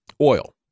oil